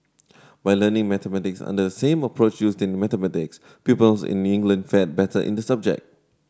by learning mathematics under same approach used in mathematics peoples in England fared better in the subject